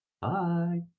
Bye